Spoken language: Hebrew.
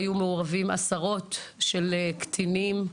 ברצח היו מעורבים עשרות של קטינים.